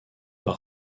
par